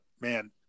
man